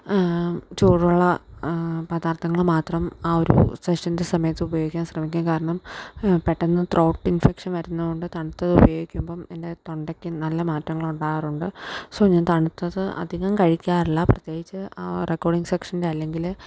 ചൂടുള്ള പദാർത്ഥങ്ങൾ മാത്രം ആ ഒരു സെക്ഷനിൻ്റെ സമയത്തുപയോഗിക്കുക ശ്രമിക്കും കാരണം പെട്ടെന്നു ത്രോട്ട് ഇൻഫെക്ഷൻ വരുന്നതു കൊണ്ട് തണുത്തതുപയോഗിക്കുമ്പം എൻ്റെ തൊണ്ടക്ക് നല്ല മാറ്റങ്ങളുണ്ടാകാറുണ്ട് സൊ ഞാൻ തണുത്തത് അധികം കഴിക്കാറില്ല പ്രത്യേകിച്ച് റെക്കോർഡിങ്ങ് സെക്ഷൻ്റെ അല്ലെങ്കിൽ